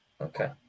Okay